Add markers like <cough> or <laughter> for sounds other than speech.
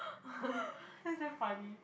<noise> that's damn funny